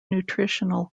nutritional